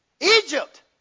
Egypt